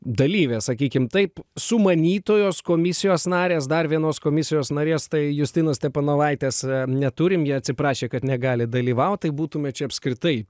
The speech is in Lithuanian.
dalyvės sakykime taip sumanytojos komisijos narės dar vienos komisijos narės tai justinos stepanovaitės neturim ji atsiprašė kad negali dalyvauti būtumėme čia apskritai